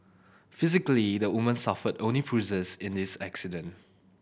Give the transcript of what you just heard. physically the woman suffered only bruises in this accident